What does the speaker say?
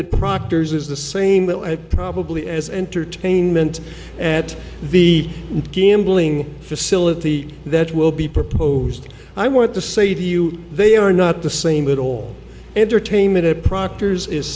at proctor's is the same that i probably as entertainment at the gambling facility that will be proposed i want to save you they are not the same at all entertainment at proctor's is